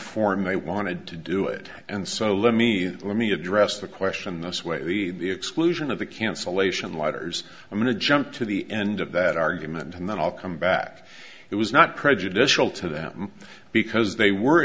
form they wanted to do it and so let me let me address the question this way the exclusion of the cancellation letters i'm going to jump to the end of that argument and then i'll come back it was not prejudicial to them because they were